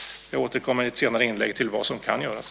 Jag återkommer i ett senare inlägg till vad som kan göras.